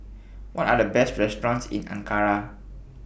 What Are The Best restaurants in Ankara